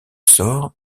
sort